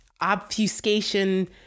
obfuscation